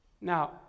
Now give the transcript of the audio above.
Now